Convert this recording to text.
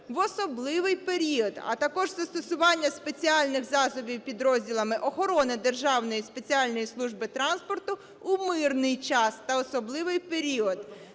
в особливий період, а також застосування спеціальних засобів підрозділами охорони Державної спеціальної служби транспорту в мирний час та особливий період